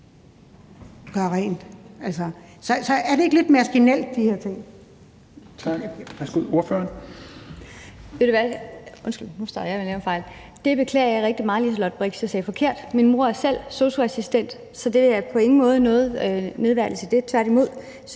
gøre rent. Så, altså, er det ikke lidt maskinelt med de her ting?